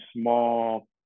small